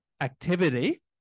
activity